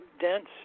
dense